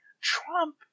Trump